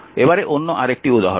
এবারে অন্য আরেকটি উদাহরণ